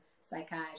psychiatry